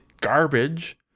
garbage